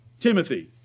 Timothy